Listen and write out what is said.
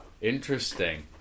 interesting